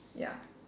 ya